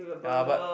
ya but